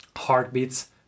heartbeats